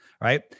right